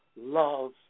love